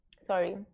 sorry